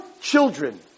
children